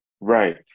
right